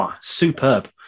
Superb